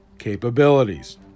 capabilities